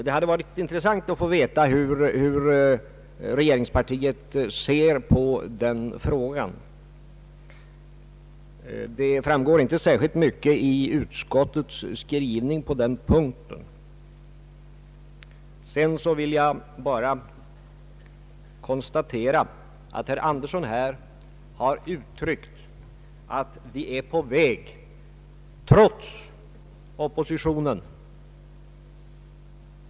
Det hade varit intressant att få veta hur regeringspartiet ser på den frågan. Det framgår inte särskilt mycket av utskottets skrivning på den punkten. Sedan vill jag bara konstatera att herr Birger Andersson har sagt att vi är på väg ”trots oppositionen”.